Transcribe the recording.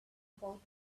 about